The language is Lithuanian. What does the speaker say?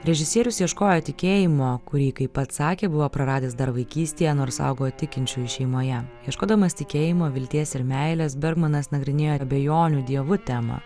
režisierius ieškojo tikėjimo kurį kaip pats sakė buvo praradęs dar vaikystėje nors augo tikinčioje šeimoje ieškodamas tikėjimo vilties ir meilės bermanas nagrinėja abejonių dievu temą